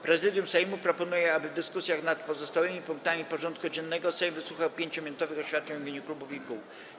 Prezydium Sejmu proponuje, aby w dyskusjach nad pozostałymi punktami porządku dziennego Sejm wysłuchał 5-minutowych oświadczeń w imieniu klubów i kół.